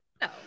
No